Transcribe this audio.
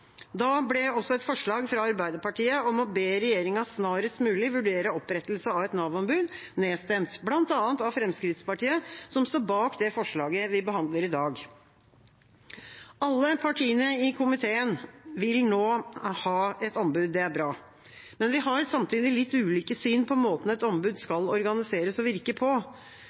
Da ble også et forslag fra Arbeiderpartiet om å be regjeringa snarest mulig vurdere opprettelse av et Nav-ombud, nedstemt, bl.a. av Fremskrittspartiet, som står bak det forslaget vi behandler i dag. Alle partiene i komiteen vil nå ha et ombud. Det er bra. Men vi har samtidig litt ulike syn på måten et ombud skal organiseres og virke på.